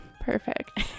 Perfect